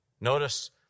Notice